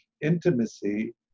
intimacy